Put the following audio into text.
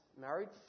married